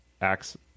acts